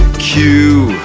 q,